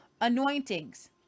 anointings